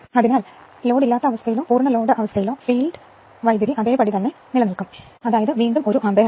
അതിനാൽ ലോഡ് അല്ലെങ്കിൽ പൂർണ്ണ ഈ ലോഡ് ഫീൽഡ് കറന്റ് അതേപടി നിലനിൽക്കും വീണ്ടും ഇത് 1 ആമ്പിയർ ആണ്